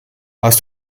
hast